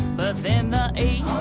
but then the e